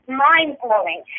mind-blowing